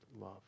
love